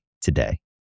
today